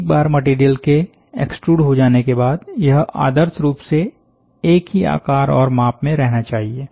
एक बार मटेरियल के एक्सट्रुड हो जाने के बाद यह आदर्श रूप से एक ही आकार और माप में रहना चाहिए